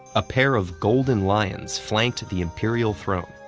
a pair of golden lions flanked the imperial throne.